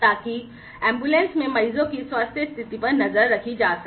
ताकि एंबुलेंस में मरीजों की स्वास्थ्य स्थिति पर नजर रखी जा सके